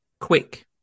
quick